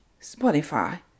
Spotify